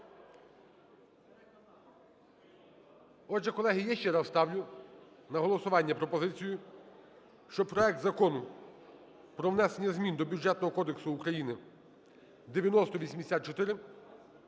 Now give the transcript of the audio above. Отже, колеги, я ще раз ставлю на голосування пропозицію, щоб проект Закону про внесення змін до Бюджетного кодексу України (9084)